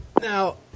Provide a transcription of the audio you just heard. Now